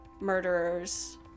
murderers